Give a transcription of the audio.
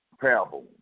parable